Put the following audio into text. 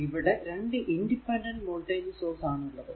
ഇവിടെ 2 independent voltage source ആണ് ഉള്ളത്